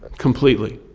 completely.